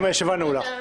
הישיבה נעולה.